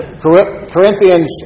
Corinthians